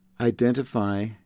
Identify